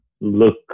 look